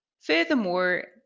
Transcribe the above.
Furthermore